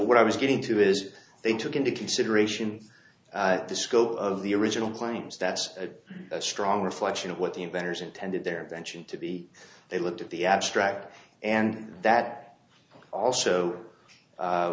what i was getting to is they took into consideration the scope of the original claims that's a strong reflection of what the inventors intended their attention to be they looked at the abstract and that also